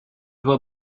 well